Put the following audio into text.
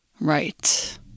Right